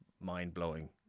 mind-blowing